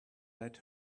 let